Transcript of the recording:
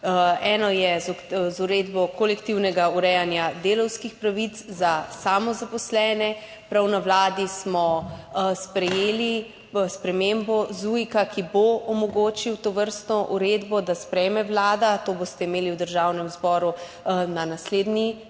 Eno je z uredbo kolektivnega urejanja delavskih pravic za samozaposlene. Prav na Vladi smo sprejeli spremembo ZUJIK, ki bo omogočil, da tovrstno uredbo sprejme Vlada. To boste imeli v Državnem zboru na naslednji